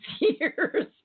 years